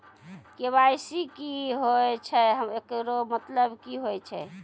KYC की होय छै, एकरो मतलब की होय छै?